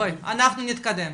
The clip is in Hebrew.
אנחנו נתקדם.